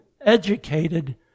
educated